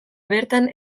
bertan